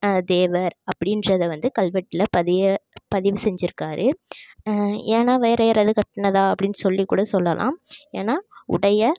தேவர் அப்படின்றத வந்து கல்வெட்டில் பதிய பதிவு செஞ்சுருக்காரு ஏன்னா வேறே யாராவது கட்டினதா அப்படின் சொல்லி கூட சொல்லலாம் ஏன்னா உடைய